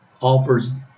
offers